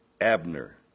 Abner